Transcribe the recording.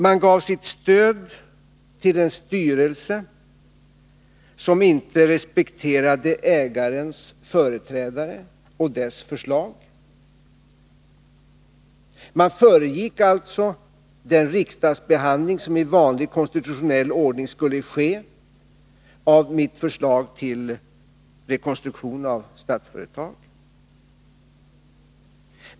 Man gav sitt stöd till en styrelse som inte respekterade förslagen från ägarens företrädare. Man föregick alltså den riksdagsbehandling som i vanlig konstitutionell ordning skulle ske av mitt förslag till rekonstruktion av Statsföretag.